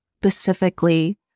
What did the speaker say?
specifically